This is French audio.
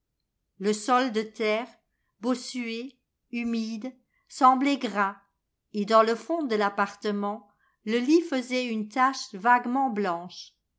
le sol de terre bossue humide semblait gras et dans le fond de l'appartement le ht faisait une tache vaguement blanche